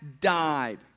died